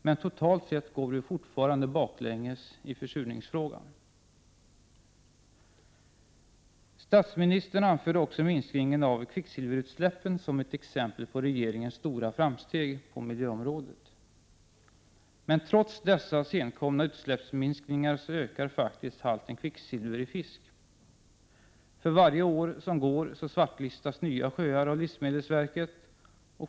Men totalt sett går vi fortfarande baklänges i försurningsfrågan. Statsministern anförde också minskningen av kvicksilverutsläppen som ett exempel på regeringens stora framsteg på miljöområdet. Men trots dessa senkomna utsläppsminskningar ökar halten kvicksilver i fisk. För varje år som går svartlistas nya sjöar av livsmedelsverket.